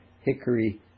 hickory